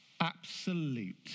absolute